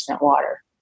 water